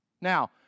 Now